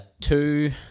two